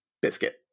Biscuit